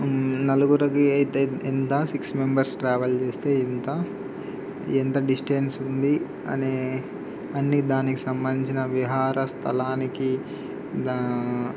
నలుగురికి అయితే ఎంత సిక్స్ మెంబర్స్ ట్రావెల్ చేస్తే ఎంత ఎంత డిస్టెన్స్ ఉంది అనే అన్నీ దానికి సంబంధించిన విహార స్థలానికి